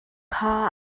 kha